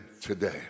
today